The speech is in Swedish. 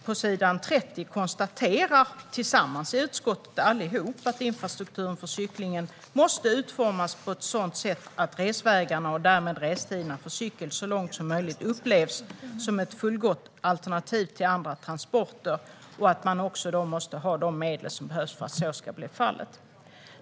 På s. 30 konstaterar utskottet tillsammans - allihop - att vi anser att det är viktigt "att infrastrukturen för cykling utformas på ett sådant sätt att resvägarna och därmed restiderna med cykel så långt möjligt upplevs som ett fullgott alternativ till andra transporter" och att man då också måste ha de medel som behövs för att så ska bli fallet.